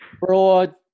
broad